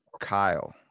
Kyle